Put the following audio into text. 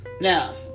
Now